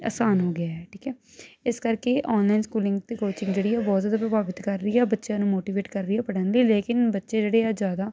ਆਸਾਨ ਹੋ ਗਿਆ ਠੀਕ ਹੈ ਇਸ ਕਰਕੇ ਆਨਲਾਈਨ ਸਕੂਲਿੰਗ ਅਤੇ ਕੋਚਿੰਗ ਜਿਹੜੀ ਬਹੁਤ ਜ਼ਿਆਦਾ ਪ੍ਰਭਾਵਿਤ ਕਰ ਰਹੀ ਹੈ ਬੱਚਿਆਂ ਨੂੰ ਮੋਟੀਵੇਟ ਕਰ ਰਹੀ ਪੜ੍ਹਨ ਲਈ ਲੇਕਿਨ ਬੱਚੇ ਜਿਹੜੇ ਜ਼ਿਆਦਾ